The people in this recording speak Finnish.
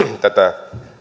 tätä